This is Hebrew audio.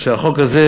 שהחוק הזה,